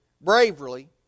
bravely